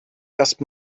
erst